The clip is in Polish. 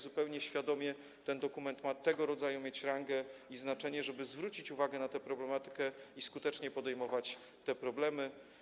Zupełnie świadomie ten dokument ma mieć tego rodzaju rangę i znaczenie, żeby zwrócić uwagę na tę problematykę i skutecznie podejmować te problemy.